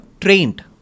trained